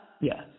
Yes